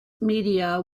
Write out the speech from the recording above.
media